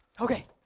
Okay